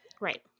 Right